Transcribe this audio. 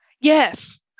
Yes